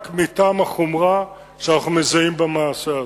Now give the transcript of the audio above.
רק מטעם החומרה שאנחנו מזהים במעשה הזה.